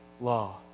law